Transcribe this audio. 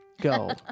go